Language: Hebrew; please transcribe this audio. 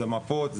זה מפות,